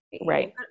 right